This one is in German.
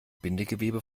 bindegewebe